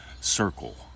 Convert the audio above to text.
circle